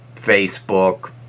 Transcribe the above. Facebook